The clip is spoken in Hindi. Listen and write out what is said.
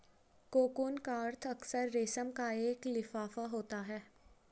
कोकून का अर्थ अक्सर रेशम का एक लिफाफा होता है